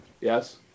Yes